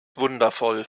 wundervoll